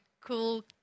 cool